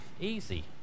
easy